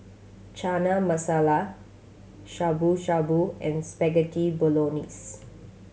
Chana Masala Shabu Shabu and Spaghetti Bolognese